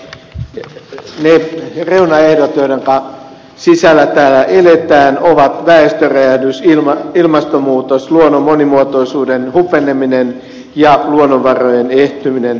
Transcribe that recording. ne reunaehdot joidenka sisällä täällä eletään ovat väestöräjähdys ilmastonmuutos luonnon monimuotoisuuden hupeneminen ja luonnonvarojen ehtyminen